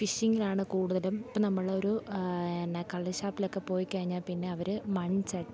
ഫിഷിങ്ങിലാണ് കൂടുതലും ഇപ്പം നമ്മൾ ഒരു എന്ന കള്ളുഷാപ്പിലൊക്കെ പോയിക്കഴിഞ്ഞാൽ പിന്നെ അവർ മൺ